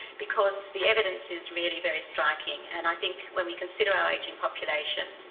because the evidence is really very striking, and i think when we consider our ageing population,